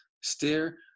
steer